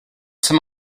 some